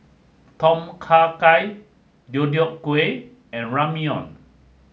Tom Kha Gai Deodeok Gui and Ramyeon